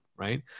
right